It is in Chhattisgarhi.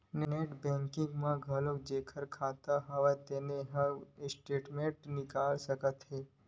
नेट बैंकिंग म घलोक जेखर खाता हव तेन ह स्टेटमेंट निकाल सकत हे